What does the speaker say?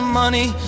money